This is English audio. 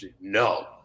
no